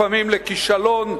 לפעמים לכישלון,